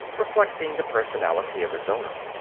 reflecting the personality of its owner.